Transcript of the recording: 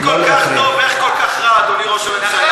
אם כל כך טוב, איך כל כך רע, אדוני ראש הממשלה?